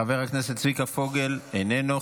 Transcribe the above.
חבר הכנסת צביקה פוגל, איננו.